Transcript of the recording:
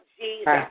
Jesus